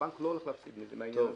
הבנק לא הולך להפסיד מהעניין הזה.